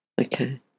Okay